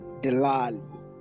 Delali